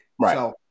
Right